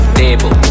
table